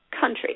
country